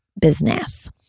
business